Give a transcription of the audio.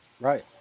right